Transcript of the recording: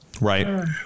Right